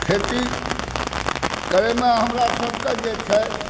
खेती करैमे हमरा सबके जे छथि